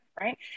right